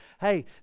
Hey